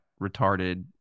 retarded